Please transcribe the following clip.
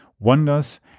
wonders